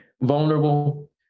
vulnerable